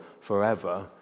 forever